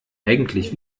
eigentlich